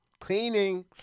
cleaning